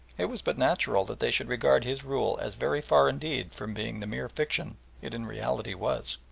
it was but natural that they should regard his rule as very far indeed from being the mere fiction it in reality was.